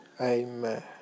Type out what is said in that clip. Amen